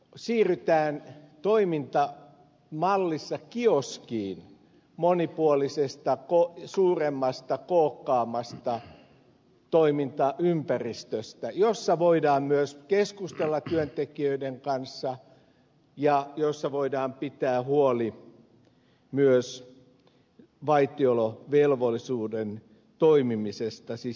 siirrytään toimintamallissa kioskiin monipuolisesta suuremmasta kookkaammasta toimintaympäristöstä jossa voidaan myös keskustella työntekijöiden kanssa ja jossa voidaan pitää huoli myös vaitiolovelvollisuuden toimimisesta siis intimiteettisuojasta